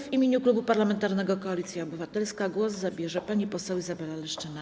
W imieniu Klubu Parlamentarnego Koalicja Obywatelska głos zabierze pani poseł Izabela Leszczyna.